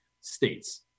states